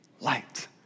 light